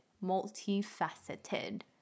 multi-faceted